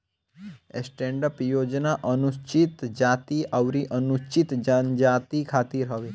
stand up योजना अनुसूचित जाती अउरी अनुसूचित जनजाति खातिर हवे